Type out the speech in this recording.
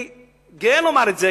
אני גאה לומר את זה,